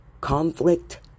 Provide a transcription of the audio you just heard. conflict